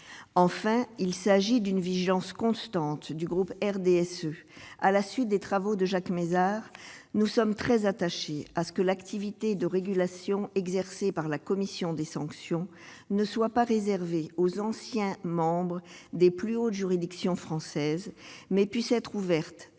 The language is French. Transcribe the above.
enfin, il s'agit d'une vigilance constante du groupe RDSE, à la suite des travaux de Jacques Mézard, nous sommes très attachés à ce que l'activité de régulation exercée par la commission des sanctions ne soit pas réservé aux anciens membres des plus hautes juridictions françaises mais puisse être ouverte